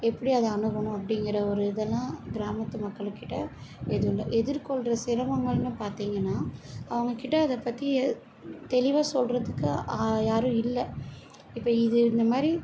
எப்படி அதை அணுகணும் அப்படிங்கற ஒரு இதெல்லாம் கிராமத்து மக்களுக்கிட்டே எதுவும் இல்லை எதிர்கொள்கிற சிரமங்கள்ன்னு பார்த்தீங்கனா அவங்கக் கிட்டே அதைப் பற்றி தெளிவாக சொல்கிறதுக்கு அ யாரும் இல்லை இப்போ இது இந்த மாதிரி